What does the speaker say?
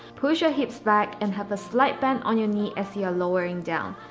push your hips back and have a slight bend on your knee as you are lowering down.